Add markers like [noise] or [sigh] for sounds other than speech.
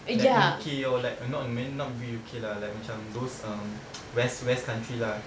like U_K or like not man not maybe U_K lah like macam those um [noise] west west country lah